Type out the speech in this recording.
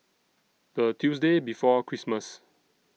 The Tuesday before Christmas